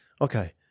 okay